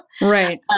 right